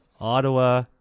Ottawa